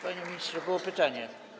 Panie ministrze, było pytanie.